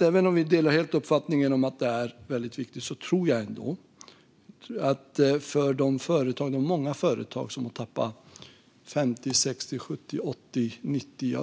Även om vi delar uppfattningen att detta är viktigt tror jag ändå att det för de många företag som har tappat allt från 50 till